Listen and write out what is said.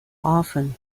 often